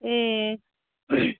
এই